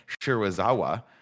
Shirazawa